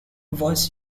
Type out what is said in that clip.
was